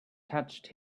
touched